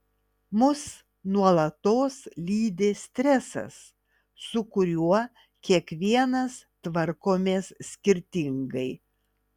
mus nuolatos lydi stresas su kuriuo kiekvienas tvarkomės skirtingai